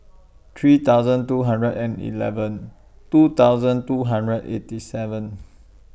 three thousand two hundred and eleven two thousand two hundred eighty seven